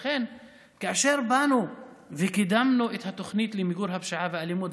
ולכן כאשר באנו וקידמנו את התוכנית למיגור הפשיעה והאלימות,